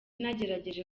nagerageje